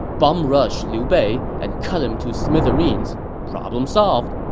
bum-rush liu bei, and cut him to smithereens. problem solved